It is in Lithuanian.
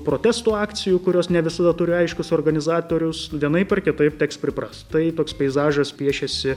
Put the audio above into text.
protesto akcijų kurios ne visada turi aiškius organizatorius vienaip ar kitaip teks priprast tai toks peizažas piešiasi